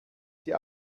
sie